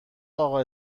اقا